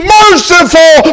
merciful